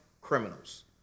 criminals